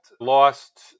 lost